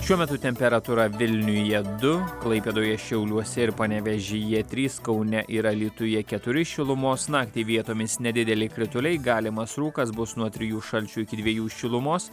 šiuo metu temperatūra vilniuje du klaipėdoje šiauliuose ir panevėžyje trys kaune ir alytuje keturi šilumos naktį vietomis nedideli krituliai galimas rūkas bus nuo trijų šalčio iki dviejų šilumos